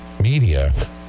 media